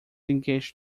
engaged